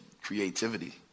creativity